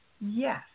yes